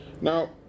Now